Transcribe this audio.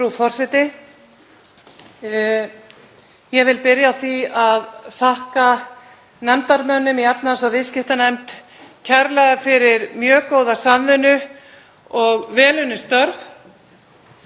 Ég vil byrja á að þakka nefndarmönnum í hv. efnahags- og viðskiptanefnd kærlega fyrir mjög góða samvinnu og vel unnin störf.